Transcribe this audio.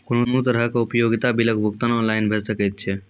कुनू तरहक उपयोगिता बिलक भुगतान ऑनलाइन भऽ सकैत छै?